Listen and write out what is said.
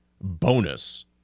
bonus